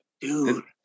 dude